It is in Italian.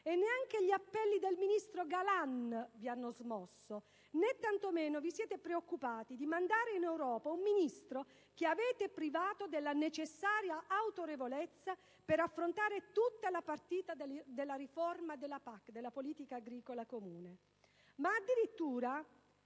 e neanche gli appelli del ministro Galan vi hanno smosso, né tantomeno vi siete preoccupati di mandare in Europa un Ministro che avete privato della necessaria autorevolezza per affrontare l'intera partita della riforma della PAC, la politica agricola comune. Addirittura,